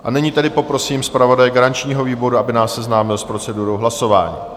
A nyní tedy poprosím zpravodaje garančního výboru, aby nás seznámil s procedurou hlasování.